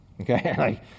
Okay